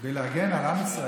כדי להגן על עם ישראל,